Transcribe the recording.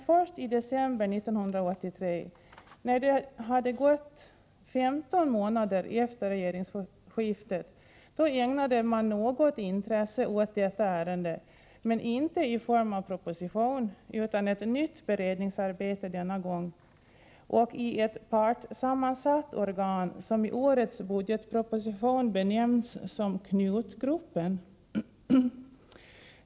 Först i december 1983, när det redan hade gått 15 månader sedan regeringsskiftet, ägnade man något intresse åt detta ärende, men inte i form av en proposition utan i form av ett nytt beredningsarbete. Det var denna gång ett partsammansatt organ som i årets budgetproposition benämns Knutgruppen.